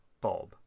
Bob